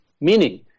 Meaning